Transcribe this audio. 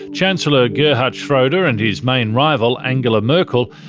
chancellor gerhard schroder and his main rival, angela merkel,